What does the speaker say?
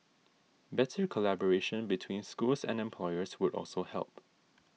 better collaboration between schools and employers would also help